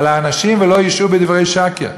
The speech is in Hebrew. ואל ישעו בדברי שקר".